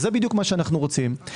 זה בדיוק מה שאנו רוצים.